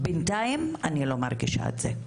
בינתיים אני לא מרגישה את זה.